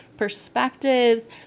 perspectives